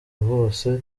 bose